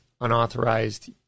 unauthorized